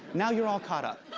now you're all caught up.